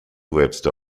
webster